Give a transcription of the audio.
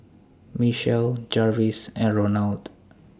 Michell Jarvis and Ronald